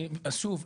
שוב,